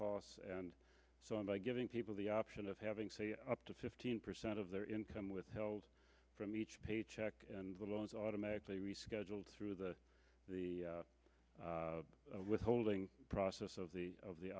costs and so on by giving people the option of having up to fifteen percent of their income withheld from each paycheck and the loans automatically rescheduled through the the the withholding process of the of the